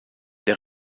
der